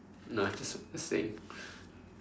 no I'm just just saying